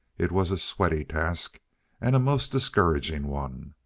it was a sweaty task and a most discouraging one.